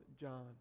John